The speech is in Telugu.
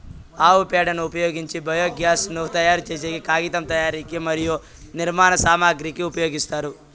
ఆవు పేడను ఉపయోగించి బయోగ్యాస్ ను తయారు చేసేకి, కాగితం తయారీకి మరియు నిర్మాణ సామాగ్రి కి ఉపయోగిస్తారు